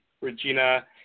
Regina